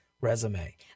resume